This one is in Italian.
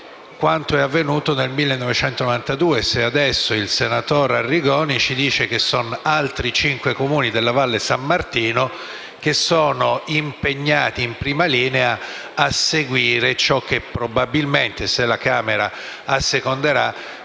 quanto avvenuto nel 1992, visto che adesso il senatore Arrigoni ci dice che altri cinque Comuni della valle San Martino sono impegnati in prima linea a seguire ciò che probabilmente - se la Camera asseconderà